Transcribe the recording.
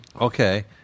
Okay